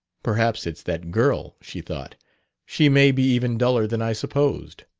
perhaps it's that girl, she thought she may be even duller than i supposed.